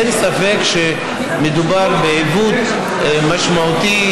אין ספק שמדובר בעיוות משמעותי,